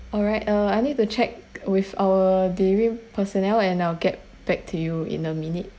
alright uh I need to check with our delivery personnel and I'll get back to you in a minute